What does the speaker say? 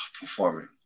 performing